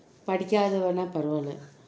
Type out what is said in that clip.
படிக்காதவள்னா பரவாயில்லை:padikathavalna paravayillai